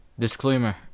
Disclaimer